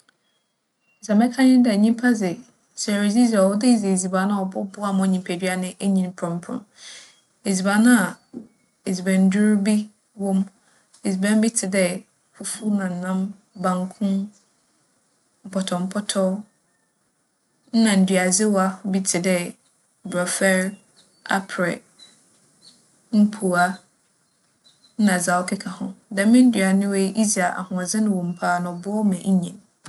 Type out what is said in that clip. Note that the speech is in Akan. Dza mɛka nye dɛ nyimpa dze, sɛ iridzidzi a ͻwͻ dɛ idzi edziban a ͻbͻboa ma wo nyimpadua no enyin prͻmprͻm. Edziban a edzibanndur bi wͻ mu. Edziban bi tse dɛ fufu na nam, banku, mpotͻmpotͻ nna nduadzewa bi tse dɛ borͻfer, aprɛ, mpuwa nna dza ͻkeka ho. Dɛm nduane wei, idzi a ahoͻdzen wͻ mu paa na ͻboa wo ma inyin.